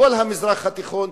בכל המזרח התיכון,